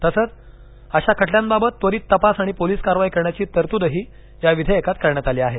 तसंचं अशा खटल्यांबाबत त्वरित तपास आणि पोलीस कारवाई करण्याची तरतूदही विधेयकात करण्यात आली आहे